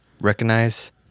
recognize